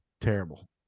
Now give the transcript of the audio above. terrible